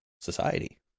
society